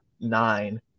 nine